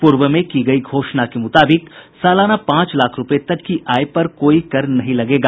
पूर्व में की गयी घोषणा के मुताबिक सालाना पांच लाख रूपये तक की आय पर कोई कर नहीं लगेगा